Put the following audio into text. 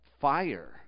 Fire